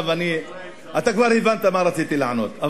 אתה כבר הבנת מה רציתי לענות,